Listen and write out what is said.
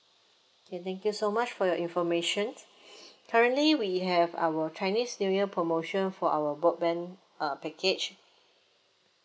okay thank you so much for your information currently we have our chinese new year promotion for our broadband uh package